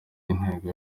intego